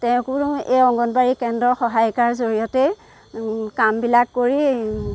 তেওঁকো এই অংগনবাদী কেন্দ্ৰ সহায়িকাৰ জৰিয়তে কামবিলাক কৰি